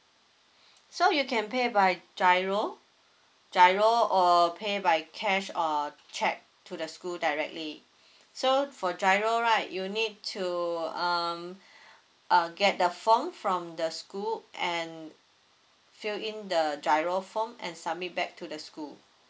so you can pay by GIRO GIRO or pay by cash or check to the school directly so for GIRO right you need to um uh get the form from the school and fill in the GIRO form and submit back to the school